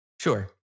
Sure